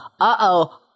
uh-oh